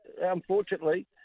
Unfortunately